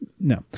No